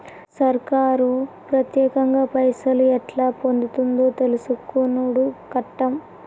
సర్కారు పత్యేకంగా పైసలు ఎట్లా పొందుతుందో తెలుసుకునుడు కట్టం